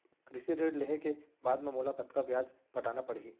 कृषि ऋण लेहे के बाद म मोला कतना ब्याज पटाना पड़ही?